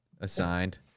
assigned